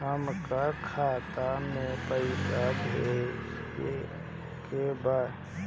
हमका खाता में पइसा भेजे के बा